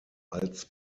als